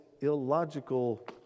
illogical